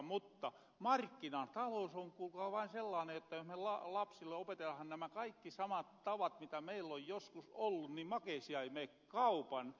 mutta markkinatalous on kuulkaa vain sellaanen jotta jos me lapsille opetetahan nämä kaikki samat tavat mitä meil on joskus ollu ni makeisia ei mee kaupan